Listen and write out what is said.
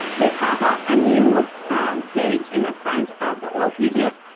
they pop up a new page in the front of the old pages.